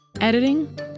Editing